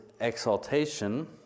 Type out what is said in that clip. exaltation